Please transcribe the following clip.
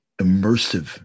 immersive